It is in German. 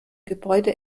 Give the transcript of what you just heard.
gebäude